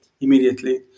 immediately